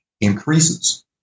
increases